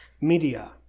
media